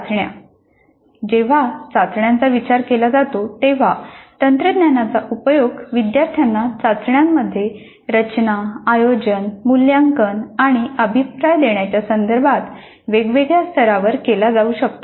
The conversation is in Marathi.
चाचण्या जेव्हा चाचण्यांचा विचार केला जातो तेव्हा तंत्रज्ञानाचा उपयोग विद्यार्थ्यांना चाचण्यांमध्ये रचना आयोजन मूल्यांकन आणि अभिप्राय देण्याच्या संदर्भात वेगवेगळ्या स्तरावर केला जाऊ शकतो